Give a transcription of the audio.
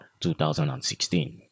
2016